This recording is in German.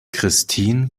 christin